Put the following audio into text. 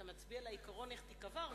אתה מצביע על העיקרון איך תיקבע הרשימה.